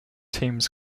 teams